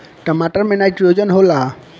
टमाटर मे नाइट्रोजन होला?